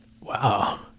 Wow